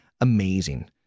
amazing